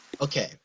Okay